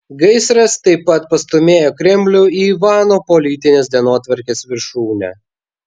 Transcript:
gaisras taip pat pastūmėjo kremlių į ivano politinės dienotvarkės viršūnę